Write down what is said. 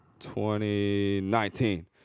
2019